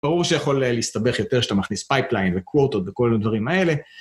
ברור שיכול להסתבך יותר כשאתה מכניס פייפליין וקוורטות וכל הדברים האלה.